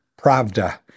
Pravda